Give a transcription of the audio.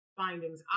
findings